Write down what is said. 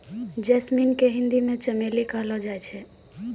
jasmine के हिंदी मे चमेली कहलो जाय छै